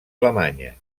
alemanya